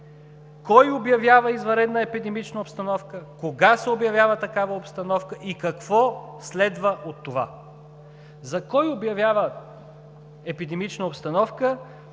кой обявява извънредна епидемична обстановка, кога се обявява такава обстановка и какво следва от това? За „кой обявява извънредна епидемична обстановка“